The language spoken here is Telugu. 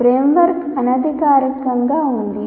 ఫ్రేమ్వర్క్ అనధికారికంగా ఉంది